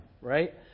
right